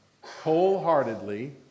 wholeheartedly